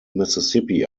mississippi